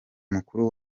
mukuru